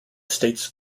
states